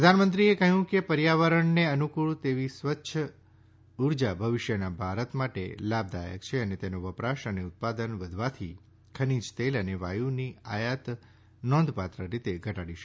પ્રધાનમંત્રીએ કહ્યું કે પર્યાવરણને અનુકૂળ તેવી સ્વચ્છ ઉર્જા ભવિષ્યના ભારત માટે લાભદાયક છે અને તેનો વપરાશ અને ઉત્પાદન વધવાથી ખનીજ તેલ અને વાયુની આયાત નોંધપાત્ર રીતે ઘટાડી શકાશે